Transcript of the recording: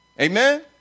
Amen